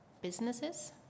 businesses